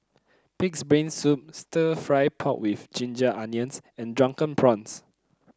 pig's brain soup stir fry pork with Ginger Onions and Drunken Prawns